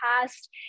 past